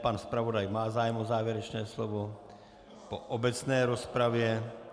Pan zpravodaj má zájem o závěrečné slovo po obecné rozpravě.